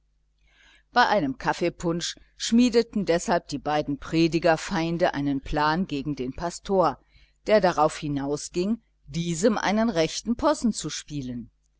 bei einem kaffeepunsch schmiedeten deshalb die beiden predigerfeinde einen plan gegen den pastor der darauf hinausging diesem einen rechten possen zu spielen